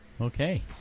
Okay